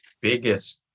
biggest